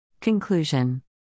Conclusion